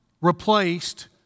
replaced